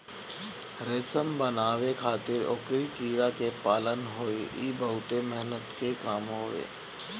रेशम बनावे खातिर ओकरी कीड़ा के पालन होला इ बहुते मेहनत के काम होत हवे